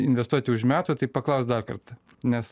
investuoti už metų tai paklaus dar kartą nes